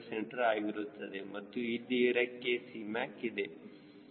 c ಆಗಿರುತ್ತದೆ ಮತ್ತು ಇಲ್ಲಿ ರೆಕ್ಕೆ Cmac ಇದೆ ಅದು ಋಣಾತ್ಮಕ ಆಗಿರುತ್ತದೆ